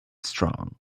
strong